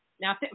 Now